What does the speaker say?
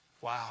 Wow